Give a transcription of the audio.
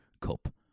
Cup